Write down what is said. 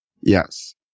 Yes